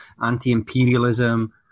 anti-imperialism